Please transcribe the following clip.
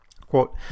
quote